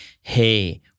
hey